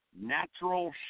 natural